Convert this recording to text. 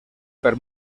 per